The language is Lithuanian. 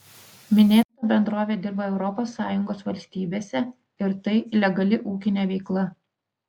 minėta bendrovė dirba europos sąjungos valstybėse ir tai legali ūkinė veikla